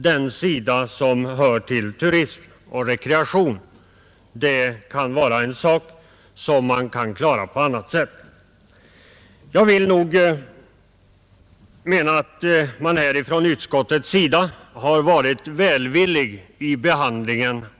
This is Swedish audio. Den sida som hör till turism och rekreation är en sak som kan klaras genom statliga satsningar. Jag anser att utskottet behandlat motionen välvilligt.